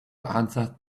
answer